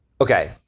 Okay